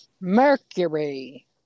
mercury